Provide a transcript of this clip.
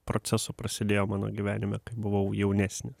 procesų prasidėjo mano gyvenime kai buvau jaunesnis